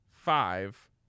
five